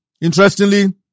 Interestingly